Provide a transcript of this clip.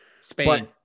Spain